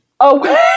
Okay